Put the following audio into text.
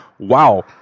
Wow